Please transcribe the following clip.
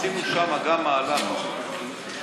עשינו גם שם מהלך משמעותי.